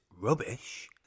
rubbish